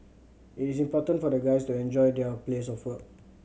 it is important for the guys to enjoy their place of work